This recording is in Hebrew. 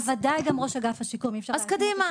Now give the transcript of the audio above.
בוודאי גם ראש אגף השיקום --- אז קדימה.